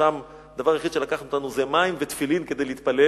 שם, לקחנו אתנו רק מים ותפילין, כדי להתפלל,